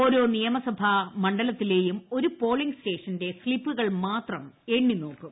ഓരോ നിയമസഭ മണ്ഡലത്തില്ലേയും ഒരു പോളിങ് സ്റ്റേഷന്റെ സ്ലിപ്പുകൾ മാത്രം എണ്ണി നോക്കും